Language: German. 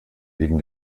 wegen